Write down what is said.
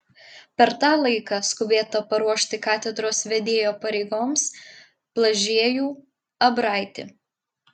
per tą laiką skubėta paruošti katedros vedėjo pareigoms blažiejų abraitį